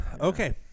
Okay